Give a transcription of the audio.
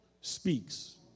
speaks